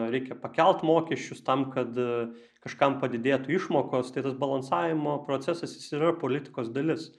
reikia pakelt mokesčius tam kad kažkam padidėtų išmokos tai tas balansavimo procesas jis yra politikos dalis